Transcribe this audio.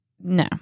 no